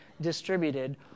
distributed